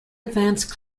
advanced